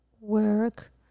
work